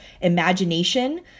imagination